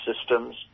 systems